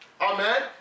Amen